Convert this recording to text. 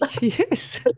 yes